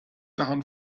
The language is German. daran